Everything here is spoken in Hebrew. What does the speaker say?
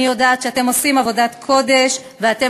אני יודעת שאתם עושים עבודת קודש ואתם